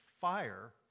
fire